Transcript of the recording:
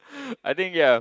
I think ya